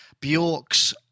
Bjork's